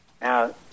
Now